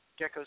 geckos